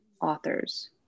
authors